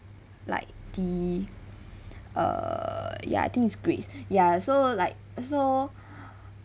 like D err ya I think it's grades ya so like so